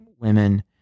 women